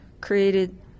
created